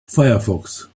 firefox